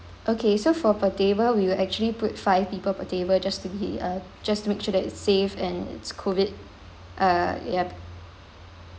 okay so for per table we will actually put five people per table just to be uh just to make sure that it's safe and it's COVID uh yup